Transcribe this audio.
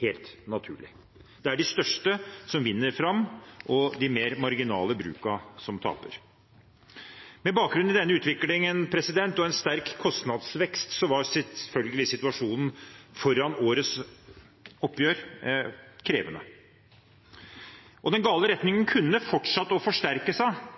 helt naturlig. Det er de største som vinner fram, og de mer marginale brukene taper. Med bakgrunn i denne utviklingen – og en sterk kostnadsvekst – var selvfølgelig situasjonen foran årets oppgjør krevende. Den gale retningen kunne fortsatt forsterket seg